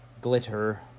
glitter